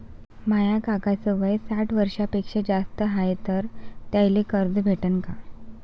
माया काकाच वय साठ वर्षांपेक्षा जास्त हाय तर त्याइले कर्ज भेटन का?